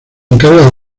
encarga